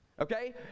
okay